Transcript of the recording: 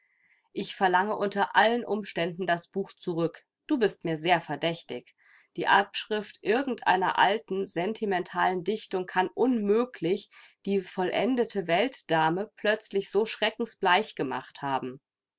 ich verlange unter allen umständen das buch zurück du bist mir sehr verdächtig die abschrift irgend einer alten sentimentalen dichtung kann unmöglich die vollendete weltdame plötzlich so schreckensbleich gemacht haben